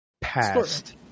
past